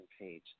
Page